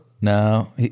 No